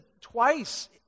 twice